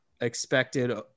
expected